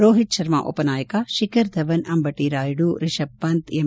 ರೋಹಿತ್ ಶರ್ಮಾ ಉಪನಾಯಕ ಶಿಖರ್ ಧವನ್ ಅಂಬಟ ರಾಯುಡು ರಿಶಬ್ ಪಂತ್ ಎಂ